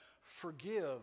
forgive